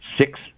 six